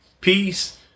Peace